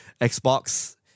Xbox